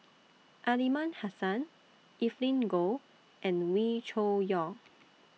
Aliman Hassan Evelyn Goh and Wee Cho Yaw